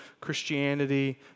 Christianity